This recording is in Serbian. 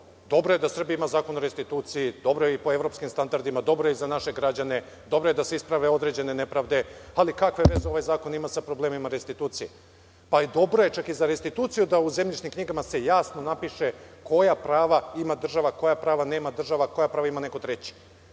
Dobro je da Srbija ima Zakon o restituciji, dobro je i po evropskim standardima, dobro je i za naše građane, dobro je da se isprave određene nepravde, ali kakve veze ovaj zakon ima sa problemima restitucije? Dobro je čak i za restituciju da u zemljišnim knjigama se jasno napiše koja prava ima država, koja prava nema država, koja prava ima neko treći.